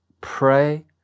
pray